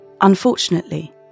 Unfortunately